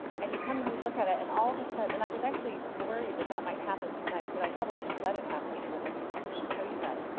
and you come and you look at it, and all of a sudden and i was actually worried that that might happen tonight, but i probably should have let it happen so that i could show you guys.